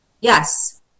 Yes